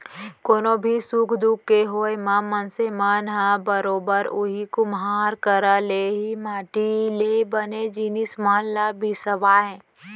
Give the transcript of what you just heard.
कोनो भी सुख दुख के होय म मनसे मन ह बरोबर उही कुम्हार करा ले ही माटी ले बने जिनिस मन ल बिसावय